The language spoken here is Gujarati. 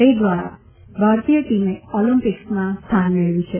તે ધ્વારા ભારતીય ટીમે ઓલિમ્પિકમાં સ્થાન મેળવ્યું છે